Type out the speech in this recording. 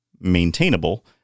maintainable